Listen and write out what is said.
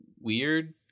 Weird